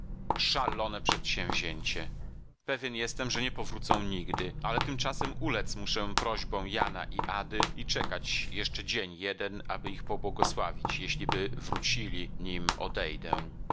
szalone przedsięwzięcie pewien jestem że nie powrócą nigdy ale tymczasem ulec muszę prośbom jana i ady i czekać jeszcze dzień jeden aby ich pobłogosławić jeśliby wrócili nim odejdę